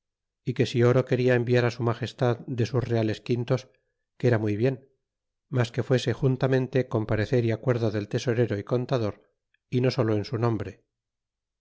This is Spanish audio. y que si oro quena enviar á su magestad de sus reales quintos que era muy bien mas que fuese juntamente con parecer y acuerdo del tesorero y contador y no solo en su nombre